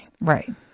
Right